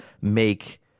make